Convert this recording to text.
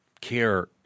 care